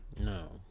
No